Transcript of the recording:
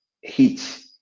Heat